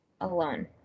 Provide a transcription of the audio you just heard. alone